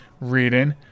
reading